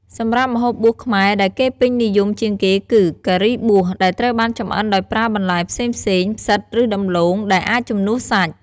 សម្រាប់ម្ហូបបួសខ្មែរដែលគេពេញនិយមជាងគេគឺ "ការីបួស" ដែលត្រូវបានចម្អិនដោយប្រើបន្លែផ្សេងៗ ផ្សិត ឬដំឡូង ដែលអាចជំនួសសាច់។